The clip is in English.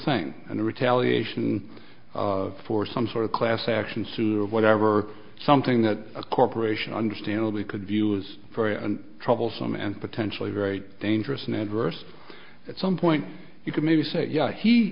thing and the retaliation for some sort of class action suit or whatever something that a corporation understandably could view is very troublesome and potentially very dangerous and adverse at some point you could maybe say yeah he